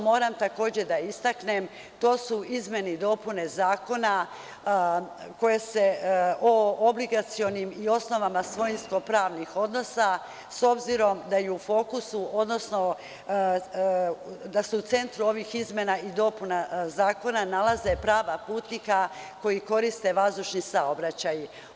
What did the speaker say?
Moram takođe da istaknem da izmene i dopune Zakona o obligacionim i osnovama svojinsko-pravnih odnosa, s obzirom da je u fokusu, odnosno da se u centru ovih izmena i dopuna zakona nalaze prava putnika koji koriste vazdušni saobraćaj.